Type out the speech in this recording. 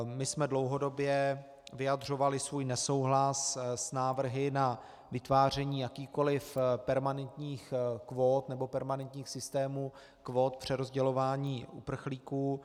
My jsme dlouhodobě vyjadřovali svůj nesouhlas s návrhy na vytváření jakýchkoli permanentních kvót nebo permanentních systémů kvót přerozdělování uprchlíků.